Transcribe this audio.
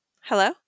Hello